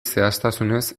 zehaztasunez